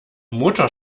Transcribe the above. motor